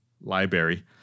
Library